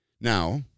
Now